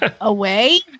away